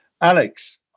Alex